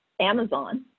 Amazon